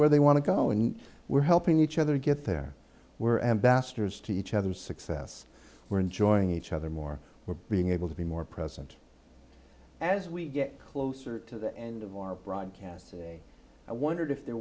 where they want to go and we're helping each other get there were ambassadors to each other's success we're enjoying each other more we're being able to be more present as we get closer to the end of our broadcast i wondered if there